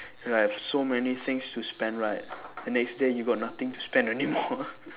I have so many things to spend right the next day you got nothing to spend anymore